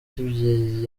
kibyeyi